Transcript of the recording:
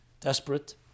desperate